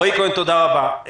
רועי כהן, תודה רבה.